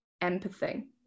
empathy